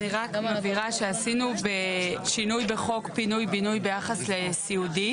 אני רק מבהירה שעשינו שינוי בחוק פינוי בינוי ביחס לסיעודי,